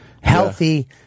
Healthy